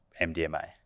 MDMA